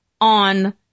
on